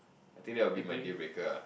I think that will be my deal breaker ah